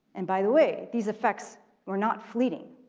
and by the way, these effects are not fleeting.